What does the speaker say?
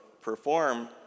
perform